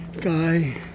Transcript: guy